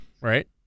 right